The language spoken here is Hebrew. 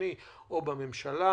המדיני-ביטחוני או בממשלה,